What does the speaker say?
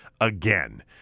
again